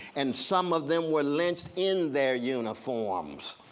and some of them were lynched in their uniforms.